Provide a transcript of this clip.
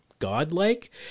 godlike